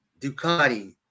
Ducati